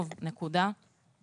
אני